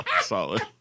Solid